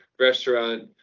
restaurant